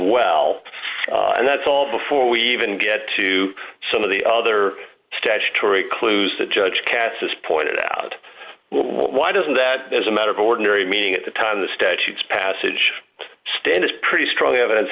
well and that's all before we even get to some of the other statutory clues that judge cassis pointed out why doesn't that as a matter of ordinary meaning at the time the statutes passage stand is pretty strong evidence